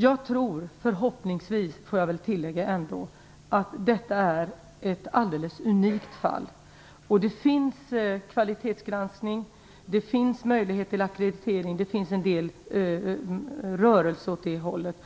Jag tror förhoppningsvis att detta är ett alldeles unikt fall. Det finns kvalitetsgranskning, det finns möjlighet till ackreditering, och det finns en viss rörelse åt det hållet.